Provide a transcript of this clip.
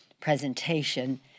presentation